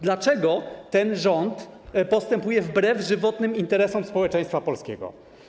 Dlaczego ten rząd postępuje wbrew żywotnym interesom społeczeństwa polskiego?